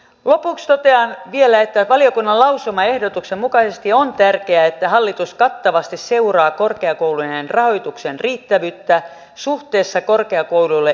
lopuksi totean vielä että valiokunnan lausumaehdotuksen mukaisesti on tärkeää että hallitus kattavasti seuraa korkeakoulujen rahoituksen riittävyyttä suhteessa korkeakouluille osoitettuihin tehtäviin